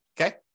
okay